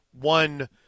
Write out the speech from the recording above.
one